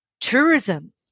Tourism